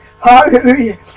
hallelujah